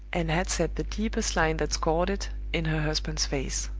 and had set the deepest lines that scored it in her husband's face.